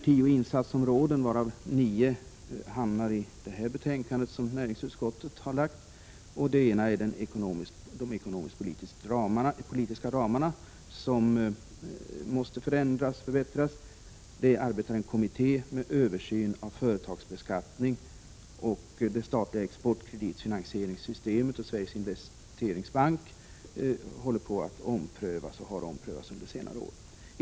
Tio insatsområden nämns, varav nio behandlas i näringsutskottsbetänkandet. De ekonomisk-politiska ramarna måste förbättras. En kommitté arbetar med en översyn av företagsbeskattningen. Det statliga exportkreditfinansieringssystemet och Sveriges investeringsbank har omprövats under senare år.